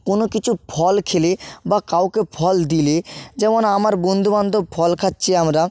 কোনো কিছু ফল খেলে বা কাউকে ফল দিলে যেমন আমার বন্ধুবান্ধব ফল খাচ্ছি আমরা